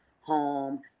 home